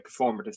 performative